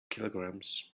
kilograms